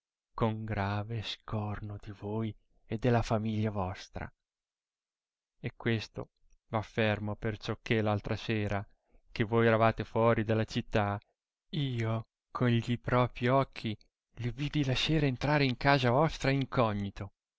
con grave scorno di voi e della famiglia vostra e questo v affermo per ciò che l'altra sera che voi eravate fuori della città io con gli propri occhi il vidi la sera entrare in casa vostra incognito